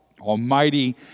Almighty